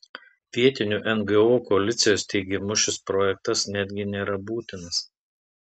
vietinių ngo koalicijos teigimu šis projektas netgi nėra būtinas